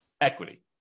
equity